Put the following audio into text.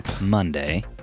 Monday